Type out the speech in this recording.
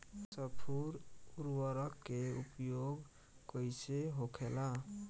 स्फुर उर्वरक के उपयोग कईसे होखेला?